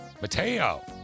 Mateo